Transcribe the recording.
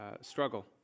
struggle